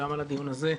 וגם על הדיון הזה.